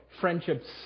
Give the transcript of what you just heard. friendships